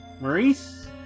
Maurice